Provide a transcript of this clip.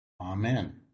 Amen